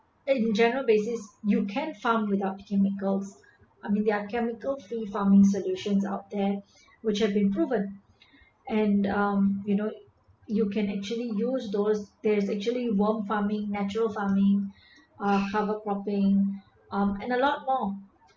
in general basis you can't farm without chemicals I mean there are chemical farming solutions out there which have been proven and um you know you can actually use those there's actually worm farming natural farming uh harvest propping up and a lot more